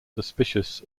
suspicious